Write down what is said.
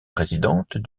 présidente